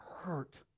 hurt